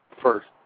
first